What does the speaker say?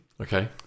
Okay